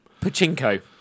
Pachinko